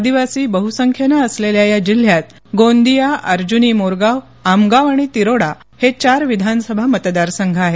आदिवासी बहसख्येन असलेल्या या जिल्ह्यात गोंदिया अर्जुनी मोरगांव आमगांव आणि तिरोडा हे चार विधानसभा मतदारसंघ आहेत